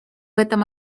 этом